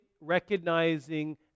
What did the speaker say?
recognizing